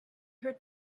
heard